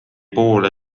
poole